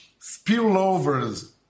spillovers